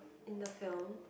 in the film